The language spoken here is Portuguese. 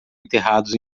enterrados